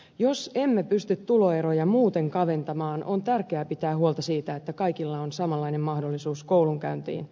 jos emme pysty tuloeroja muuten kaventamaan on tärkeää pitää huolta siitä että kaikilla on samanlainen mahdollisuus koulunkäyntiin